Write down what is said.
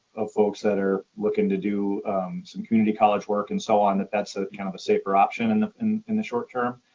of folks that are looking to do some community college work and so on, that's ah kind of a safer option in the and in the short term,